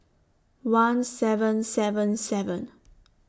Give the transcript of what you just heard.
one seven seven seven